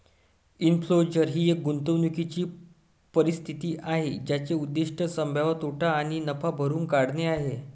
enclosure ही एक गुंतवणूकीची परिस्थिती आहे ज्याचे उद्दीष्ट संभाव्य तोटा किंवा नफा भरून काढणे आहे